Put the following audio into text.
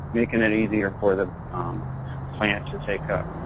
making it easier for the plant to take up.